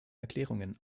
erklärungen